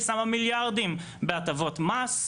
שמה מיליארדים בהטבות מס,